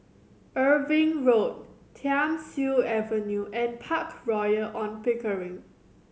Irving Road Thiam Siew Avenue and Park Royal On Pickering